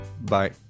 bye